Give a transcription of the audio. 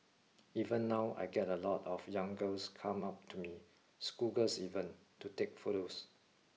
even now I get a lot of young girls come up to me schoolgirls even to take photos